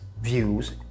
views